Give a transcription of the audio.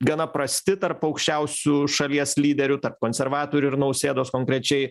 gana prasti tarp aukščiausių šalies lyderių tarp konservatorių ir nausėdos konkrečiai